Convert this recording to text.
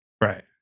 Right